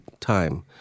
time